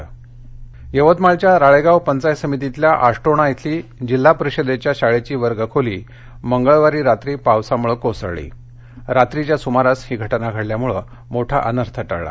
यवतमाळ यवतमाळच्या राळेगाव पंचायत समितीतल्या आष्टोणा इथली जिल्हा परिषदेच्या शाळेची वर्गखोली मंगळवारी रात्री पावसामुळे कोसळली रात्रीच्या सुमारास ही घटना घडल्यामुळे मोठा अनर्थ टळला